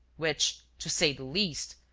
which, to say the least,